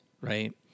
right